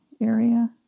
area